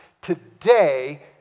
today